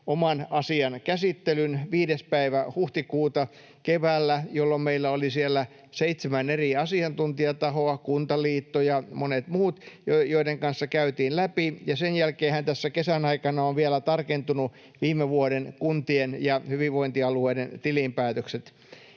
oman asian käsittelyn 5. päivä huhtikuuta keväällä, jolloin meillä oli siellä seitsemän eri asiantuntijatahoa, Kuntaliitto ja monet muut, joiden kanssa käytiin läpi sitä. Ja sen jälkeenhän tässä kesän aikana ovat vielä tarkentuneet viime vuoden kuntien ja hyvinvointialueiden tilinpäätökset.